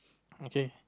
okay